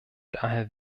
daher